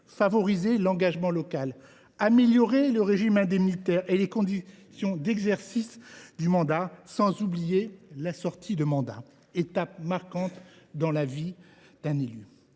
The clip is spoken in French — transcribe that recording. de l’engagement local, l’amélioration du régime indemnitaire et des conditions d’exercice du mandat, sans oublier la sortie du mandat, étape marquante dans la vie d’un élu.